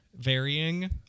varying